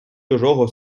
чужого